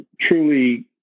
truly